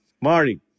Marty